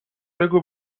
بگو